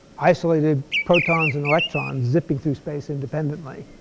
isolated protons and electrons zipping through space independently.